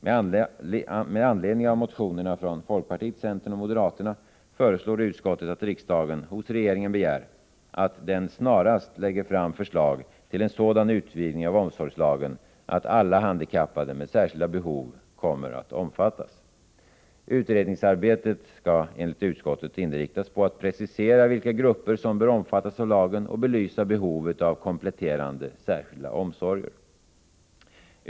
Med anledning av motionerna från folkpartiet, centern och moderaterna föreslår utskottet att riksdagen hos regeringen begär, att den snarast lägger fram förslag till en sådan utvidgning av omsorgslagen att alla barn och ungdomar med särskilda behov kommer att omfattas. Utredningsarbetet skall enligt utskottet inriktas på att precisera vilka grupper som bör omfattas av lagen och belysa behovet av kompletterande särskilda omsorger.